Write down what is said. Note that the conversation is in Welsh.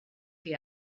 chi